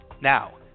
Now